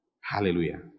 Hallelujah